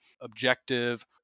objective